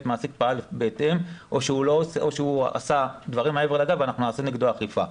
המעסיק פעל בהתאם או שהוא עשה דברים מעבר לזה ואז נעשה נגדו אכיפה.